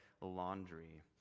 Laundry